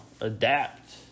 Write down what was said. adapt